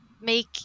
make